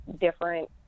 different